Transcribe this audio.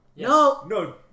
No